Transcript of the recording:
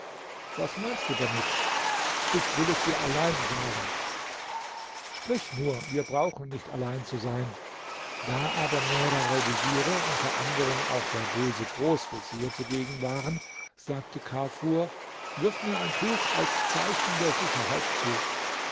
was meinst du damit ich will es dir allein sagen sprich nur wir brauchen nicht allein zu sein da aber mehrere veziere unter anderen auch der böse großvezier zugegen waren sagte kafur wirf mir ein tuch als zeichen der sicherheit zu